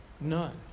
None